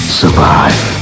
survive